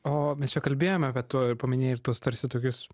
o mes čia kalbėjome apie tu ir paminėjau ir tuos tarsi tokius